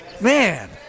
Man